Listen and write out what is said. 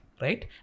right